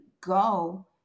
go